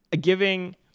Giving